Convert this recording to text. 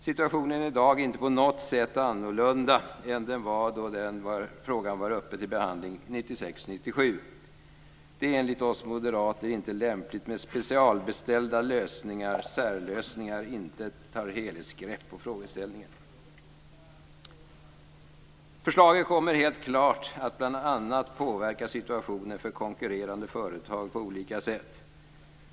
Situationen i dag är inte på något sätt annorlunda än den var då frågan var uppe till behandling 1996/97. Det är enligt oss moderater inte lämpligt med specialbeställda särlösningar som inte tar ett helhetsgrepp på frågeställningen. Förslaget kommer helt klart att bl.a. påverka situationen för konkurrerande företag på olika sätt.